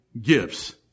gifts